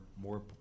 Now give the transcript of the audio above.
more